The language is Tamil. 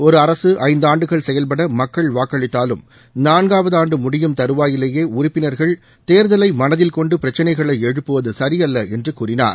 ஒரு அரசு ஐந்தாண்டுகள் செயல்பட மக்கள் வாக்களித்தாலும் நான்காவது ஆண்டு ழுடியும் தருவாயிலேயே உறுப்பினர்கள் தேர்தலை மனதில் கொண்டு பிரச்சினைகளை எழுப்புவது சரியல்ல என்று கூறினார்